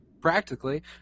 Practically